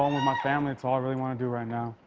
um with my family it's all i really want to do right now.